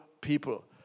people